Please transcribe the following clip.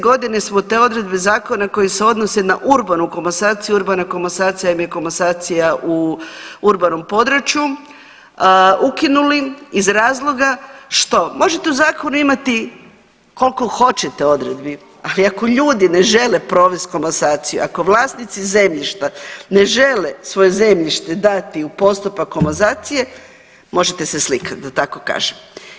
godine smo te odredbe zakona koji se odnose na urbanu komasaciju, urbana komasacija je komasacija u urbanom području, ukinuli iz razloga što možete u zakonu imati koliko hoćete odredbi, ali ako ljudi ne žele provesti komasaciju, ako vlasnici zemljišta ne žele svoje zemljište dati u postupak komasacije možete se slikati da tako kažem.